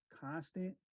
constant